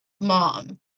mom